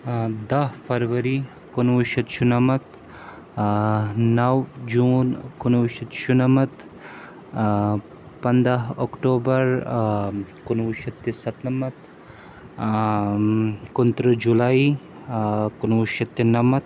دَہ فرؤری کُنہٕ وُہ شتھ شُنَمَتھ نَو جوٗن کُنہٕ وُہ شَتھ شُنَمَتھ پنٛداہ اوٚکٹوبَر کُنہٕ وُہ شَتھ تہِ سَتنَمَتھ کُنہٕ تٕرٛہ جُلَے کُنہٕ وُہ شَتھ تہِ نَمَتھ